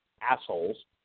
assholes